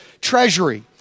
treasury